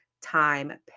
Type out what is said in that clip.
time